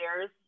years